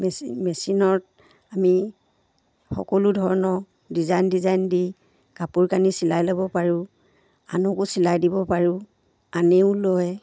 machine মেচিনত আমি সকলো ধৰণৰ ডিজাইন ডিজাইন দি কাপোৰ কানি চিলাই ল'ব পাৰোঁ আনকো চিলাই দিব পাৰোঁ আনেও লয়